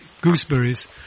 gooseberries